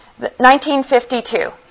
1952